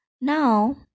Now